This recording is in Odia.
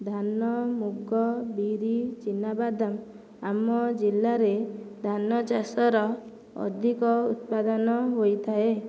ଧାନ ମୁଗ ବିରି ଚିନାବାଦାମ ଆମ ଜିଲ୍ଲାରେ ଧାନ ଚାଷର ଅଧିକ ଉତ୍ପାଦନ ହୋଇଥାଏ